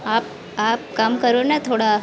आप आप कम करो ना थोड़ा